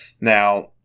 Now